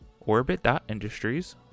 Orbit.Industries